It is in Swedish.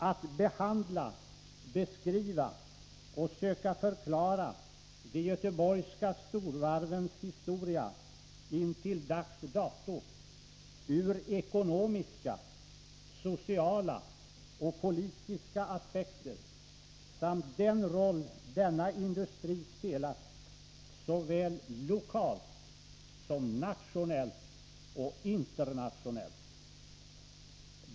att behandla, beskriva och söka förklara de göteborgska storvarvens historia intill dags dato ur ekonomiska, sociala och politiska aspekter samt den roll denna industri spelat såväl lokalt som nationellt och internationellt.